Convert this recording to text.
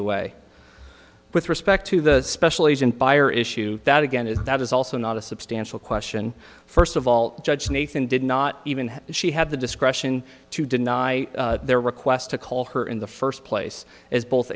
weigh with respect to the special agent buyer issue that again is that is also not a substantial question first of all judge nathan did not even she had the discretion to deny their request to call her in the first place as both